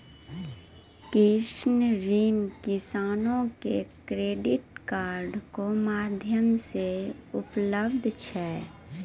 कृषि ऋण किसानो के क्रेडिट कार्ड रो माध्यम से उपलब्ध छै